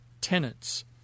tenants